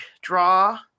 draw